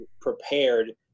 prepared